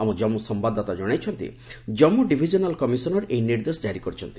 ଆମ ଜନ୍ମୁ ସମ୍ଭାଦଦାତା ଜଣାଇଛନ୍ତି ଜନ୍ମୁ ଡିଭିଜନାଲ୍ କମିଶନର୍ ଏହି ନିର୍ଦ୍ଦେଶ ଜାରି କରିଛନ୍ତି